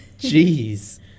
Jeez